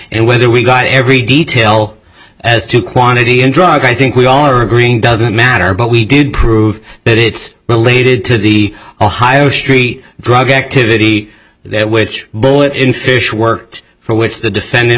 and whether we got every detail as to quantity and drugs i think we all are agreeing doesn't matter but we did prove that it's related to the ohio street drug activity which bullet in fish worked for which the defendant